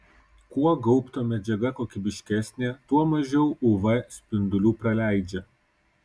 kuo gaubto medžiaga kokybiškesnė tuo mažiau uv spindulių praleidžia